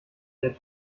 der